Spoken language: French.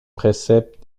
préceptes